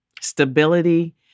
stability